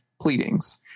pleadings